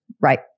right